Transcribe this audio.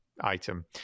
item